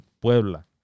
Puebla